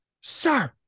sir